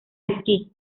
esquí